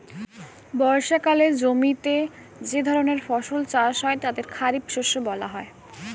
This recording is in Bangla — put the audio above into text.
বর্ষাকালে জমিতে যে ধরনের ফসল চাষ হয় তাদের খারিফ শস্য বলা হয়